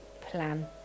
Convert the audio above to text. plan